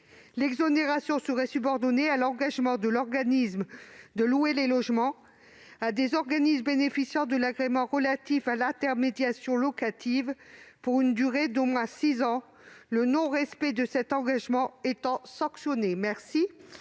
L'exonération serait subordonnée à l'engagement de l'organisme de louer ces logements à des organismes bénéficiant de l'agrément relatif à l'intermédiation locative pour une durée d'au moins six ans. Le non-respect de cet engagement sera bien sûr sanctionné.